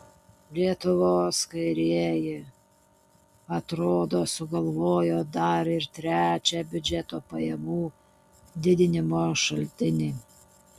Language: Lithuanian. lietuvos kairieji atrodo sugalvojo dar ir trečią biudžeto pajamų didinimo šaltinį